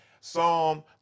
Psalm